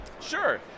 Sure